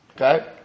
Okay